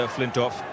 Flintoff